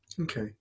Okay